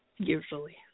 Usually